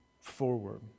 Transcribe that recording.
forward